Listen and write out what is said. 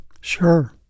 Sure